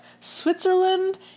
Switzerland